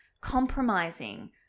compromising